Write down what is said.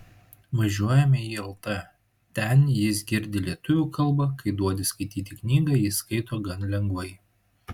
važiuojame į lt ten jis girdi lietuvių kalbą kai duodi skaityti knygą jis skaito gan lengvai